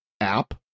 app